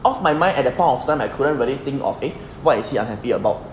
off my mind at that point of time I couldn't really think of eh what is he unhappy about